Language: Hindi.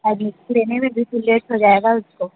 एडमिशन लेने में फिर लेट हो जाएगा उसको